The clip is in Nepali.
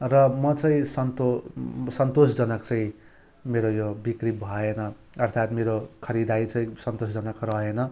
र म चाहिँ सन्तो सन्तोषजनक चाहिँ मेरो यो बिक्री भएन अर्थात् मेरो खरिदारी चाहिँ सन्तोषजनक रहेन